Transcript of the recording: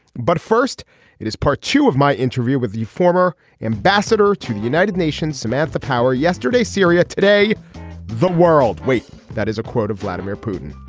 but first it is part two of my interview with the former ambassador to the united nations samantha power yesterday syria. today the world. wait that is a quote of vladimir putin.